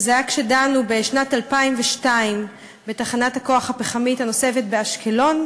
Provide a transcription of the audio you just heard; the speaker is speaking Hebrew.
וזה היה כשדנו בשנת 2002 בתחנת הכוח הפחמית הנוספת באשקלון,